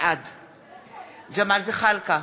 בעד ג'מאל זחאלקה,